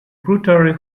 brutally